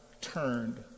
turned